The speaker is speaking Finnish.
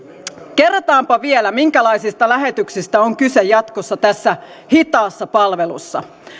kerrataanpa vielä minkälaisista lähetyksistä on kyse jatkossa tässä hitaassa palvelussa